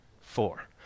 four